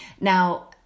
Now